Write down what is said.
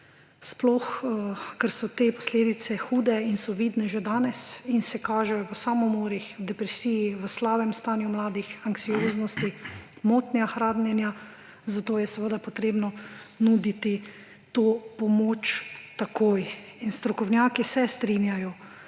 Sploh, ker so te posledice hude in so vidne že danes in se kažejo v samomorih, depresiji, v slabem stanju mladih, anksioznosti, motnji hranjenja, zato je potrebno nuditi to pomoč takoj. In strokovnjaki se strinjajo,